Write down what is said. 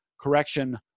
correction